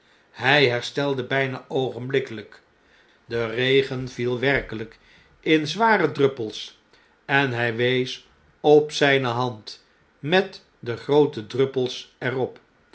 hjj herstelde bpa oogenblikkelijk de regen viel werkelijk in zware druppels en hy wees op zijne hand met de groote druppels er